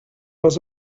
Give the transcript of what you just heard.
was